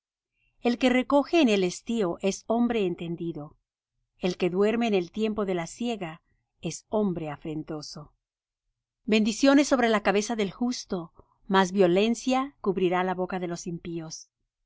el que recoge en el estío es hombre entendido el que duerme en el tiempo de la siega es hombre afrentoso bendiciones sobre la cabeza del justo mas violencia cubrirá la boca de los impíos la